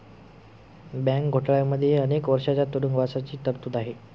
bank घोटाळ्यांमध्येही अनेक वर्षांच्या तुरुंगवासाची तरतूद आहे